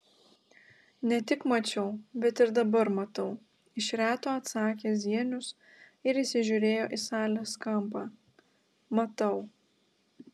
ne tik mačiau bet ir dabar matau iš reto atsakė zienius ir įsižiūrėjo į salės kampą matau